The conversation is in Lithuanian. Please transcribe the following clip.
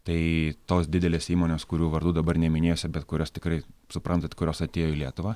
tai tos didelės įmonės kurių vardų dabar neminėsiu bet kurios tikrai suprantat kurios atėjo į lietuvą